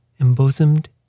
embosomed